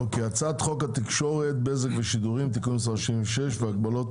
הצעת חוק התקשורת (בזק ושידורים) (תיקון מס' 76) (הגבלות